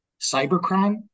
cybercrime